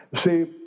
see